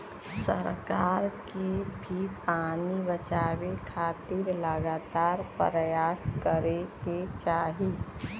सरकार के भी पानी बचावे खातिर लगातार परयास करे के चाही